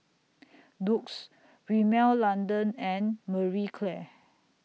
Doux Rimmel London and Marie Claire